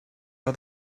how